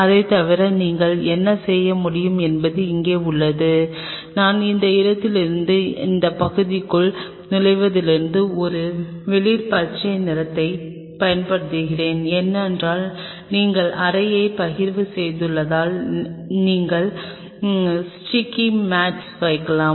அதைத் தவிர நீங்கள் என்ன செய்ய முடியும் என்பது இங்கே உள்ளது நான் இந்த இடத்திலிருந்து இந்த பகுதிக்குள் நுழைவதிலிருந்து ஒரு வெளிர் பச்சை நிறத்தைப் பயன்படுத்துகிறேன் ஏனென்றால் நீங்கள் அறையை பகிர்வு செய்துள்ளதால் நீங்கள் ஸ்டிக்கி மேட்ஸ் வைக்கலாம்